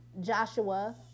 Joshua